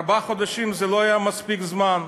ארבעה חודשים לא היה מספיק זמן,